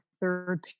third